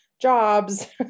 jobs